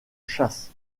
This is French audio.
chasse